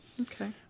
Okay